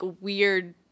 weird